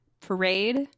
Parade